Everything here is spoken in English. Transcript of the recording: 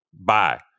Bye